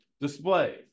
display